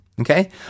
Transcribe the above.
Okay